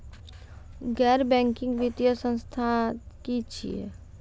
गैर बैंकिंग वित्तीय संस्था की छियै?